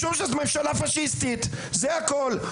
משום שזה ממשלה פשיסטית זה הכל,